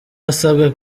yasabwe